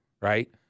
right